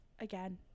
again